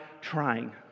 trying